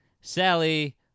Sally